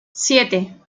siete